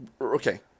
Okay